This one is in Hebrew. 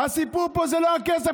הסיפור פה זה לא הכסף,